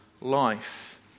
life